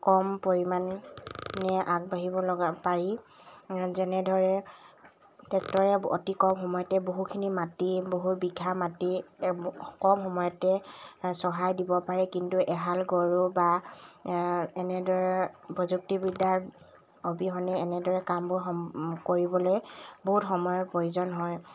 কম পৰিমাণে আগবাঢ়িবলগা পাৰি যেনেদৰে টেক্টৰে অতি কম সময়তে বহুখিনি মাটি বহু বিঘা মাটি কম সময়তে চহাই দিব পাৰে কিন্তু এহাল গৰু বা এনেদৰে প্ৰযুক্তিবিদ্যাৰ অবিহনে এনেদৰে কামবোৰ কৰিবলৈ বহুত সময়ৰ প্ৰয়োজন হয়